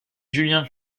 julian